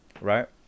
right